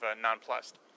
nonplussed